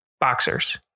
boxers